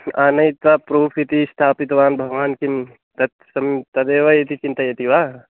आनयित्वा प्रूफ़् इति स्थापितवान् भवान् किं तत् सर्वं तदेव इति चिन्तयति वा